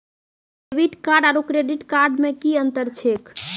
Debit card आरू credit card मे कि अन्तर छैक?